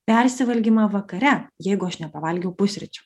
persivalgymą vakare jeigu aš nepavalgiau pusryčių